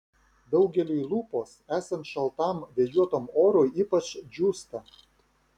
daugeliui lūpos esant šaltam vėjuotam orui ypač džiūsta